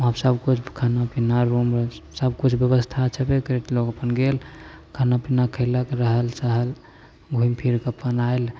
वहाँ सब किछु खानापीना रूममे सब किछु ब्यवस्था छैबे करै तऽ लोग अपन गेल खानापीना खयलक रहल सहल घुमि फिरकऽ अपन आएल